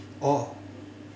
oh